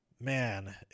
man